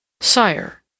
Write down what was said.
Sire